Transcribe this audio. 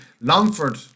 Longford